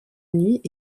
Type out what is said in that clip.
nuit